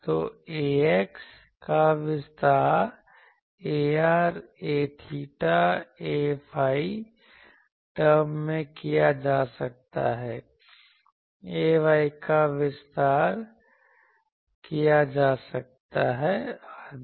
तो ax का विस्तार ar a𝚹 aϕ टरम में किया जा सकता है ay का विस्तार किया जा सकता है आदि